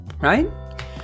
right